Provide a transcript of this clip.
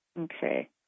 Okay